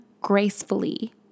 gracefully